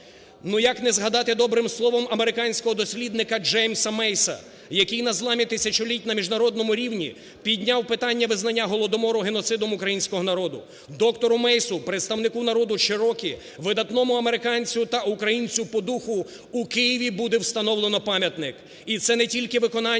Ну як не згадати добрим словом американського дослідника Джеймса Мейса, який на зламі тисячоліть на міжнародному рівні підняв питання визнання Голодомору геноцидом українського народу. Доктору Мейсу, представнику народу черокі, видатному американцю та українцю по духу, у Києві буде встановлено пам'ятник. І це не тільки виконання